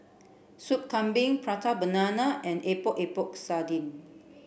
Sup Kambing Prata Banana and Epok Epok Sardin